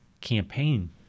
campaign